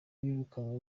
birukanywe